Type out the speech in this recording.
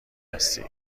هستی